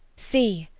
see!